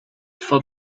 for